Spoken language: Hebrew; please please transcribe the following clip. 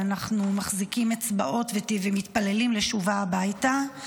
ואנחנו מחזיקים אצבעות ומתפללים לשובה הביתה.